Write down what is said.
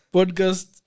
Podcast